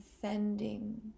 sending